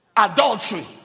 adultery